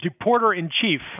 deporter-in-chief